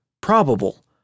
probable